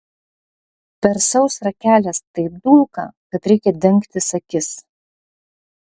per sausrą kelias taip dulka kad reikia dengtis akis